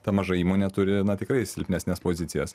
ta maža įmonė turi na tikrai silpnesnes pozicijas